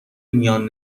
میان